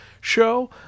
show